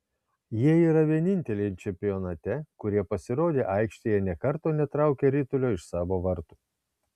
jie yra vieninteliai čempionate kurie pasirodę aikštėje nė karto netraukė ritulio iš savo vartų